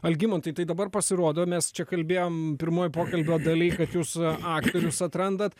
algimantai tai dabar pasirodo mes čia kalbėjom pirmoj pokalbio daly kad jūs aktorius atrandat